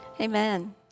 Amen